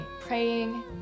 Praying